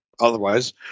otherwise